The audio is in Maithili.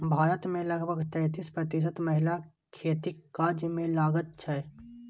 भारत मे लगभग तैंतीस प्रतिशत महिला खेतीक काज मे लागल छै